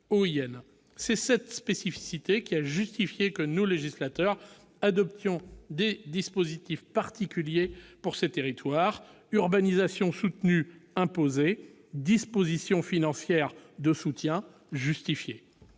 C'est cette spécificité qui a justifié que nous, législateurs, adoptions des dispositifs particuliers pour ces territoires : urbanisation soutenue imposée, dispositions financières de soutien justifiées.